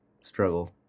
struggle